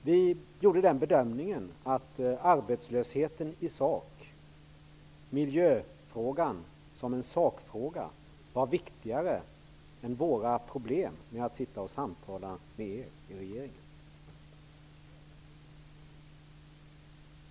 Vi gjorde ändå den bedömningen att arbetslösheten i sak och miljöfrågan som en sakfråga var viktigare än våra problem att samtala med er i regeringen.